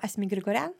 asmik grigorian